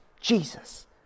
Jesus